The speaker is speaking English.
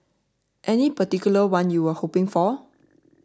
any particular one you were hoping for